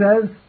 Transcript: says